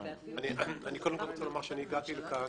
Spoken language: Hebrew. אני קודם כל רוצה לומר שאני הגעתי לכאן,